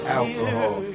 alcohol